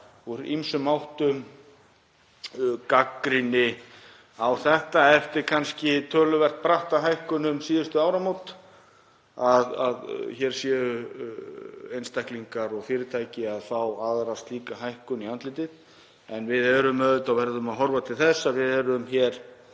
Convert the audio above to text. víða og úr ýmsum áttum gagnrýni á þetta eftir kannski töluvert bratta hækkun um síðustu áramót, að hér séu einstaklingar og fyrirtæki að fá aðra slíka hækkun í andlitið. En við verðum að horfa til þess að við erum hér